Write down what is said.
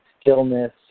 stillness